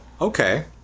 okay